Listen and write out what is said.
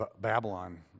Babylon